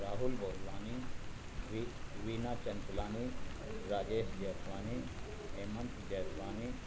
राहूल बोलवानी वी वीना चंचलाणी राजेश जेसवानी हेमंत जेसवानी